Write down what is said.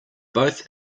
both